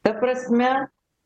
ta prasme